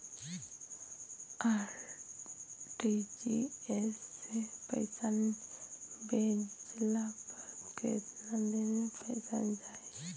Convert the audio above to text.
RTGS से पईसा भेजला पर केतना दिन मे पईसा जाई?